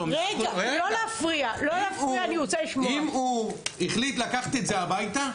אם הוא החליט לקחת את זה הביתה,